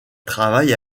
travaille